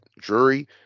jury